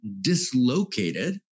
dislocated